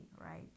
right